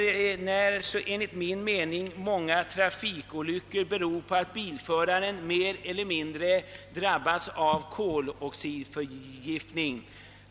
Enligt min mening beror många trafikolyckor på att bilföraren mer eller mindre drabbas av koloxidförgiftning.